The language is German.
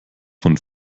von